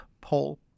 poll